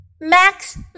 Max